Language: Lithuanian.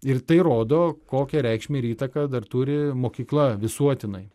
ir tai rodo kokią reikšmę ir įtaką dar turi mokykla visuotinai